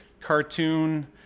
cartoon